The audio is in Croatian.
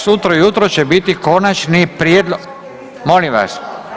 Sutra ujutro će biti Konačni prijedlog ... [[Upadica se ne čuje.]] molim vas.